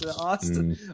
Austin